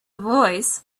voice